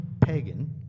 pagan